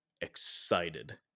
excited